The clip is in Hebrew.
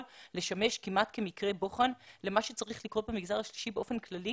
לשמש כמעט כמקרה בוחן למה שצריך לקרות במגזר השלישי באופן כללי